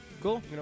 Cool